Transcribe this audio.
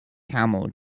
camel